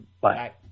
Bye